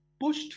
pushed